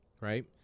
right